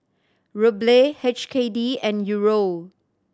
Ruble H K D and Euro